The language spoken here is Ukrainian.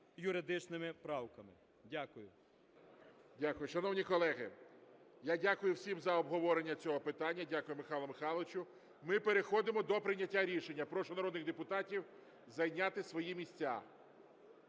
техніко-юридичними правками. Дякую. ГОЛОВУЮЧИЙ. Дякую. Шановні колеги, я дякую всім за обговорення цього питання. Дякую, Михайло Михайловичу. Ми переходимо до прийняття рішення. Прошу народних депутатів зайняти свої місця.